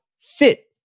fit